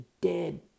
dead